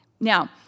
Now